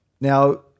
Now